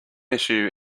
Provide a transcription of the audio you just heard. issue